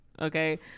okay